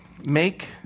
make